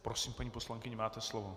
Prosím, paní poslankyně, máte slovo.